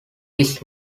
his